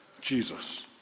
Jesus